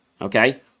okay